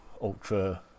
ultra